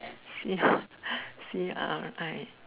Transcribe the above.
C C R I